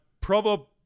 Provo